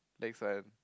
next one